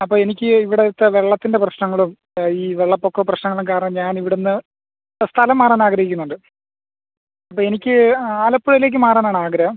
അപ്പോൾ എനിക്ക് ഇവിടത്തെ വെള്ളത്തിൻ്റെ പ്രശ്നങ്ങളും ഈ വെള്ളപ്പൊക്കം പ്രശ്നങ്ങളും കാരണം ഞാൻ ഇവിടുന്ന് സ്ഥലം മാറാൻ ആഗ്രഹിക്കുന്നുണ്ട് അപ്പോൾ എനിക്ക് ആലപ്പുഴയിലേക്ക് മാറാനാണ് അഗ്രഹം